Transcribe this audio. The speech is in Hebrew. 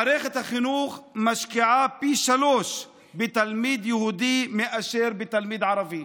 מערכת החינוך משקיעה פי שלושה בתלמיד יהודי מאשר בתלמיד ערבי.